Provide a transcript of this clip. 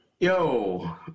Yo